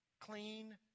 clean